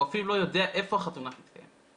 הוא אפילו לא יודע איפה החתונה תתקיים.